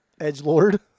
edgelord